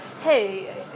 Hey